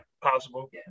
possible